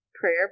Prayer